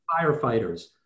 firefighters